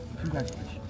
congratulations